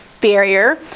barrier